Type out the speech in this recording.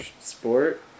sport